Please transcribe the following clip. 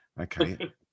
okay